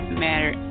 matter